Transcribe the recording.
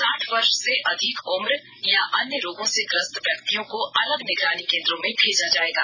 साठ वर्ष से अधिक उम्र या अन्य रोगों से ग्रस्त व्यक्तियों को अलग निगरानी केन्द्रों में भेजा जायेगा